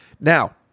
Now